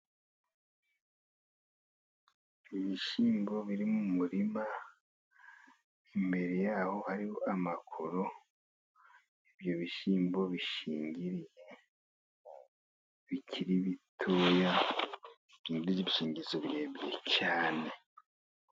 Ibishyimbo biri mu murima imbere yaho hari amakoro, ibyo bishyimbo bishingiriye bikiri bitoya biriho ibishingirizo birebire cyane.